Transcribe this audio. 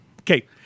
Okay